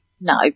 no